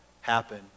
happen